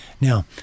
Now